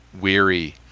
weary